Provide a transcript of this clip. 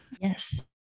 Yes